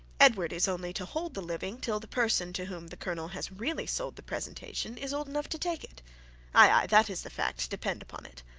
edward is only to hold the living till the person to whom the colonel has really sold the presentation, is old enough to take it aye, aye, that is the fact, depend upon it.